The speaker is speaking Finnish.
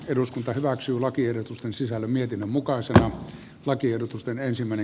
eduskunta hyväksyy lakiehdotusten sisällön mietinnön mukaan sekä toiminnan toteuttamiseen